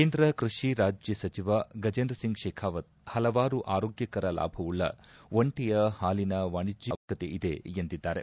ಕೇಂದ್ರ ಕೃಷಿ ರಾಜ್ಯ ಸಚಿವ ಗಜೇಂದ್ರ ಸಿಂಗ್ ಶೇಖಾವತ್ ಹಲವಾರು ಆರೋಗ್ವಕರ ಲಾಭವುಳ್ಳ ಒಂಟೆಯ ಹಾಲಿನ ವಾಣೆಜ್ಞೀಕರಣದ ಅವಶ್ವಕತೆ ಇದೆ ಎಂದಿದ್ದಾರೆ